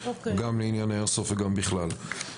גם לעניין האיירסופט וגם בכלל.